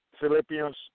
Philippians